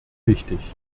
wichtig